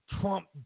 Trump